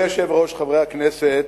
אדוני היושב-ראש, חברי הכנסת,